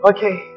Okay